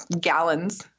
gallons